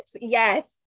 Yes